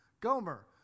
Gomer